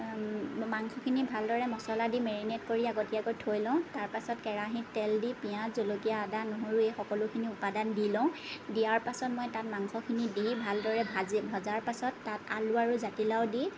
মাংসখিনি ভালদৰে মচলা দি মেৰিনেট কৰি আগতীয়াকৈ ধুই লওঁ তাৰ পাছত কেৰাহীত তেল দি পিয়াজ জলকীয়া আদা নহৰু এই সকলোখিনি উপাদান দি লওঁ দিয়াৰ পাছত মই তাত মাংসখিনি দি ভালদৰে ভাজি ভজাৰ পাছত তাত আলু আৰু জাতিলাও দি